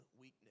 weakness